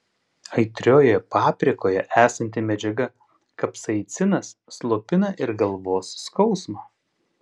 aitriojoje paprikoje esanti medžiaga kapsaicinas slopina ir galvos skausmą